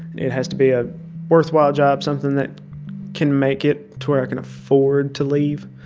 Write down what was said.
it has to be a worthwhile job, something that can make it to where i can afford to leave,